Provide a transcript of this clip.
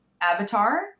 Avatar